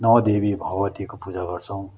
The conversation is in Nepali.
नव देवी भगवतीको पूजा गर्छौँ